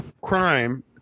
crime